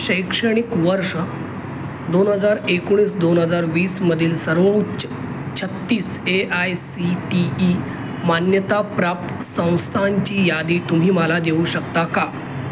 शैक्षणिक वर्ष दोन हजार एकोणीस दोन हजार वीसमधील सर्वोच्च छत्तीस A I C T E मान्यताप्राप्त संस्थांची यादी तुम्ही मला देऊ शकता का